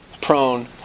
prone